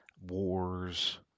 wars